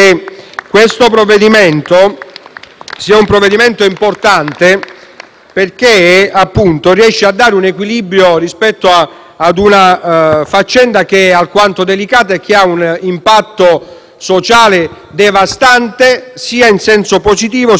in esame sia importante perché riesce a stabilire un equilibrio rispetto a una faccenda che è alquanto delicata e ha un impatto sociale devastante sia in senso positivo sia in senso negativo. Cercherò di ripetere